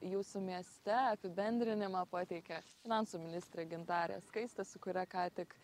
jūsų mieste apibendrinimą pateikė finansų ministrė gintarė skaistė su kuria ką tik